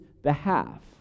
behalf